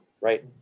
right